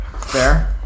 Fair